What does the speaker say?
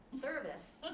service